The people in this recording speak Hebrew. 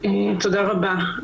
תודה רבה.